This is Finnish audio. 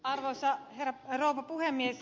arvoisa rouva puhemies